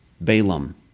Balaam